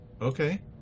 okay